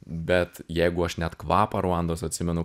bet jeigu aš net kvapą ruandos atsimenu